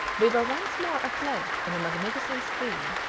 we were once more afloat on a magnificent stream,